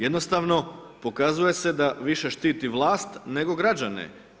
Jednostavno, pokazuje se da više štiti vlast, nego građane.